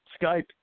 Skype